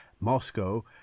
Moscow